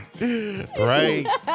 Right